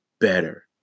better